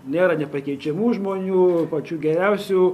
nėra nepakeičiamų žmonių pačių geriausių